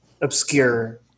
Obscure